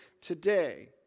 today